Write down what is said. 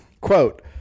Quote